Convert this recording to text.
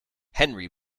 henry